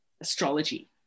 astrology